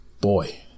boy